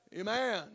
Amen